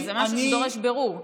זה משהו שדורש בירור.